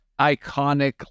iconic